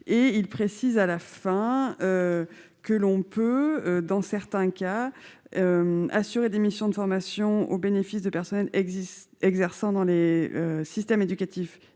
et il précise : à la fin que l'on peut dans certains cas, assurer des missions de formation au bénéfice de personnes existe exerçant dans les systèmes éducatifs